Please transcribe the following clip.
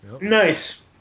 Nice